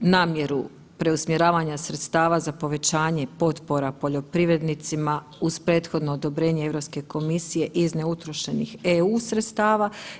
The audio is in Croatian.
namjeru preusmjeravanja sredstava za povećanje potpora poljoprivrednicima uz prethodno odobrenje Europske komisije iz neutrošenih EU sredstava.